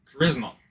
Charisma